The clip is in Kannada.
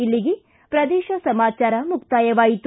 ಇಲ್ಲಿಗೆ ಪ್ರದೇಶ ಸಮಾಚಾರ ಮುಕ್ತಾಯವಾಯಿತು